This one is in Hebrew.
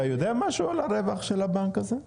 אתה יודע משהו על הרווח של הבנק הזה?